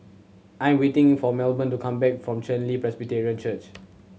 I am waiting for Melbourne to come back from Chen Li Presbyterian Church